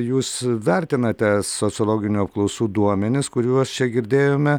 jūs vertinate sociologinių apklausų duomenis kuriuos čia girdėjome